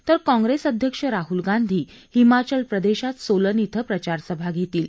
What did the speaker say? तर काँग्रेस अध्यक्ष राहुल गांधी हिमाचल प्रदेशात सोलन इथं प्रचारसभा घेतील